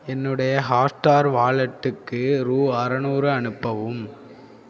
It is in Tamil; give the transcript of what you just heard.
என்னுடைய ஹாட்ஸ்டார் வாலெட்டுக்கு ரூ அறநூறு அனுப்பவும்